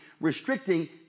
restricting